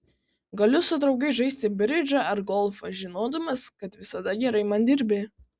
galiu su draugais žaisti bridžą ar golfą žinodamas kad visada gerai man dirbi